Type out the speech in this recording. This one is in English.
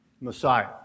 Messiah